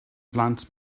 blant